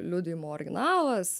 liudijimo originalas